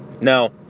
No